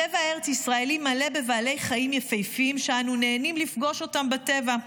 הטבע הארץ ישראלי מלא בבעלי חיים יפהפיים שאנו נהנים לפגוש אותם בטבע,